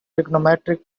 trigonometric